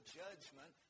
judgment